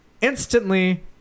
instantly